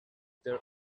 their